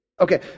Okay